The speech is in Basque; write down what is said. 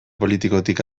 politikotik